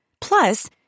Plus